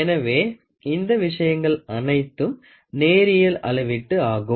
எனவே இந்த விஷயங்கள் அனைத்தும் நேரியல் அளவீட்டு ஆகும்